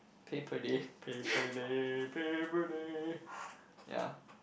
pay per day pay per day pay per day ya